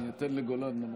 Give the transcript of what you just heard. תודה.